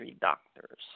doctors